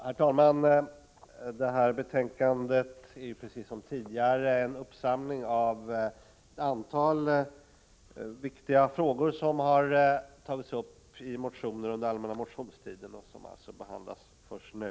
Herr talman! I detta betänkande har sammanförts ett antal viktiga frågor som aktualiserades i motioner under den allmänna motionstiden och som behandlas först nu.